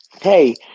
hey